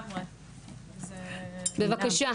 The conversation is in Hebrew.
בבקשה.